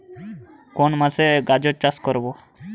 কোন মাসে গাজর চাষ করব?